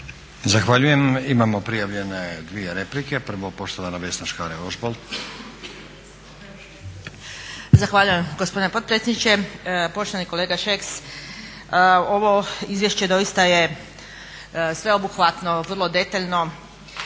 Zahvaljujem. Imamo prijavljene dvije replike. Prvo poštovana Vesna Škare-Ožbolt. **Škare Ožbolt, Vesna (DC)** Zahvaljujem gospodine potpredsjedniče. Poštovani kolega Šeks, ovo izvješće doista je sveobuhvatno, vrlo detaljno